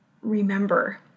Remember